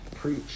preach